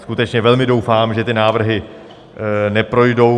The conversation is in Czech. Skutečně velmi doufám, že ty návrhy neprojdou.